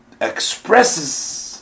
expresses